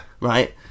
Right